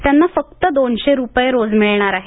त्यांना फक्त दोनशे रूपये रोज मिळणार आहेत